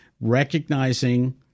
recognizing